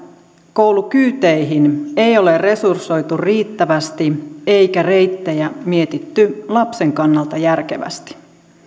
koulukyyteihin ei ole resursoitu riittävästi eikä reittejä mietitty lapsen kannalta järkevästi